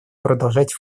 продолжать